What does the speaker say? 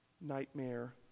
nightmare